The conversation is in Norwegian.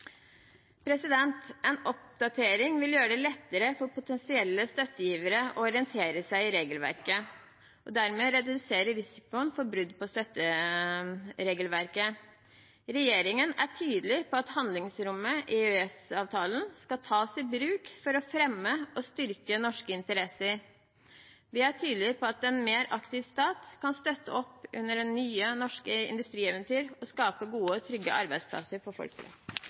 En oppdatering vil gjøre det lettere for potensielle støttegivere å orientere seg i regelverket og dermed redusere risikoen for brudd på støtteregelverket. Regjeringen er tydelig på at handlingsrommet i EØS-avtalen skal tas i bruk for å fremme og styrke norske interesser. Vi er tydelige på at en mer aktiv stat kan støtte opp under nye norske industrieventyr og skape gode, trygge arbeidsplasser for